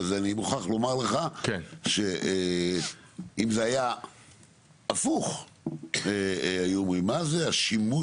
אני מוכרח לומר לך שאם זה היה הפוך היו אומרים מה זה השימוש